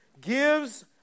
gives